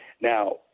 now